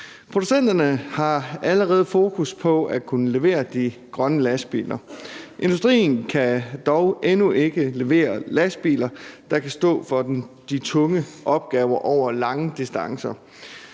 Producenterne har allerede fokus på at kunne levere de grønne lastbiler. Industrien kan dog endnu ikke levere lastbiler, der kan stå for de tunge opgaver over lange distancer,